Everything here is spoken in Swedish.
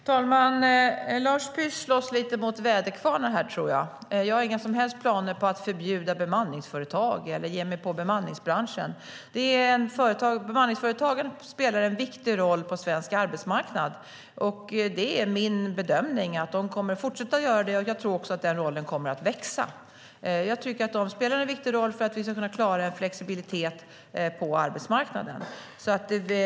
Herr talman! Lars Püss slåss lite mot väderkvarnar här, tror jag. Jag har inga som helst planer på att förbjuda bemanningsföretag eller ge mig på bemanningsbranschen. Bemanningsföretagen spelar en viktig roll på svensk arbetsmarknad. Det är min bedömning att de kommer att fortsätta att göra det. Jag tror också att den rollen kommer att växa. Jag tycker att de spelar en viktig roll för att vi ska kunna klara en flexibilitet på arbetsmarknaden.